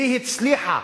והיא הצליחה